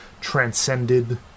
transcended